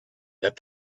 that